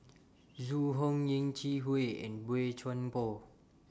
Zhu Hong Yeh Chi Wei and Boey Chuan Poh